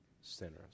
sinners